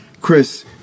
Chris